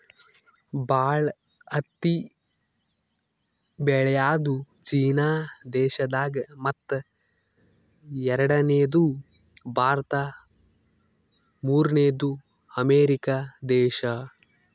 ಭಾಳ್ ಹತ್ತಿ ಬೆಳ್ಯಾದು ಚೀನಾ ದೇಶದಾಗ್ ಮತ್ತ್ ಎರಡನೇದು ಭಾರತ್ ಮೂರ್ನೆದು ಅಮೇರಿಕಾ ದೇಶಾ